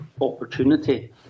opportunity